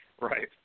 Right